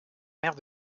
mère